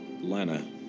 Lana